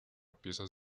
piezas